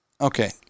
okay